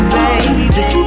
baby